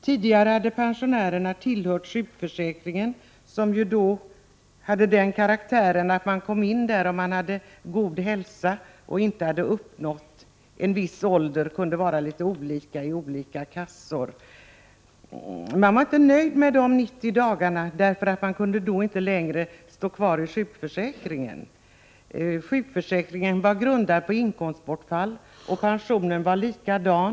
Tidigare hade pensionärerna tillhört sjukförsäkringen som då hade den karaktären att man fick vara med om man hade god hälsa och inte hade uppnått en viss ålder, som kunde vara litet olika i olika kassor. Men man var inte nöjd med dessa 90 dagar, därför att man då inte längre kunde stå kvar i sjukförsäkringen. Sjukförsäkringen var grundad på inkomstbortfall och pensionen likaså.